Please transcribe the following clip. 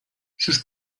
sus